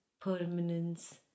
permanence